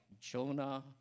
Jonah